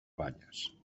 banyes